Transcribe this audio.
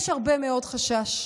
יש הרבה מאוד חשש.